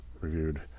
reviewed